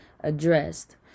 addressed